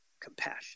compassion